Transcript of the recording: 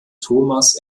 thomas